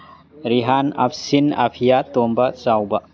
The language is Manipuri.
ꯔꯤꯍꯥꯟ ꯑꯞꯁꯤꯟ ꯑꯐꯤꯌꯥ ꯇꯣꯝꯕ ꯆꯥꯎꯕ